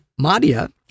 Madia